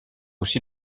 aussi